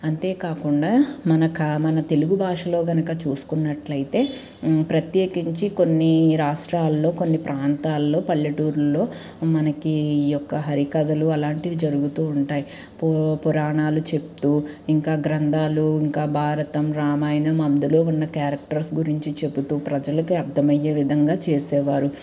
అంతేకాకుండా మన కా మన తెలుగు భాషలో గనుక చూసుకున్నట్లయితే ప్రత్యేకించి కొన్ని రాష్ట్రాల్లో కొన్ని ప్రాంతాల్లో పల్లెటూరులో మనకి ఈ యొక్క హరికథలు అలాంటివి జరుగుతూ ఉంటాయి పు పురాణాలు చెబుతూ ఇంకా గ్రంధాలు ఇంకా భారతం రామాయణం అందులో ఉన్న క్యారెక్టర్స్ గురించి చెబుతూ ప్రజలకు అర్థమయ్యే విధంగా చేసేవారు